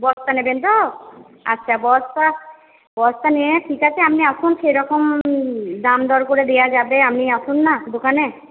বস্তা নেবেন তো আচ্ছা বস্তা বস্তা নেবেন ঠিক আছে আপনি আসুন সেইরকম দাম দর করে দেওয়া যাবে আপনি আসুন না দোকানে